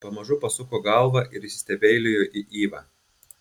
pamažu pasuko galvą ir įsistebeilijo į ivą